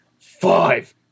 Five